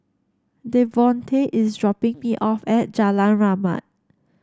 Devontae is dropping me off at Jalan Rahmat